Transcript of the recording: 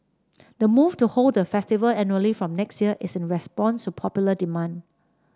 the move to hold the festival annually from next year is in response to popular demand